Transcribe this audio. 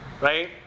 right